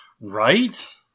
Right